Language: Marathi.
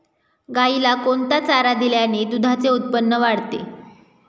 गाईला कोणता चारा दिल्याने दुधाचे उत्पन्न वाढते?